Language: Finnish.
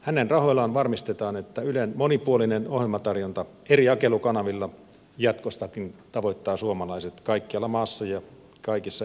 hänen rahoillaan varmistetaan että ylen monipuolinen ohjelmatarjonta eri jakelukanavilla jatkossakin tavoittaa suomalaiset kaikkialla maassa ja kaikissa erityisryhmissä